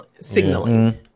signaling